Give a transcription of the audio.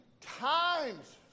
times